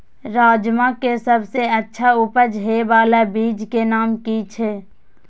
राजमा के सबसे अच्छा उपज हे वाला बीज के नाम की छे?